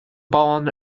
bán